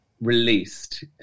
released